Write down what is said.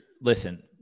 listen